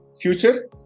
Future